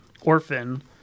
orphan